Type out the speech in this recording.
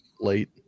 late